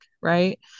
Right